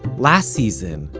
last season,